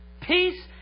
peace